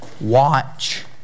Watch